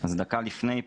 אז דקה לפני,